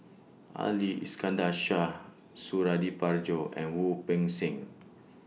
Ali Iskandar Shah Suradi Parjo and Wu Peng Seng